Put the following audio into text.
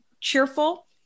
cheerful